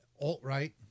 alt-right